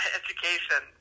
education